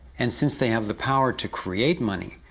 and since they have the power to create money,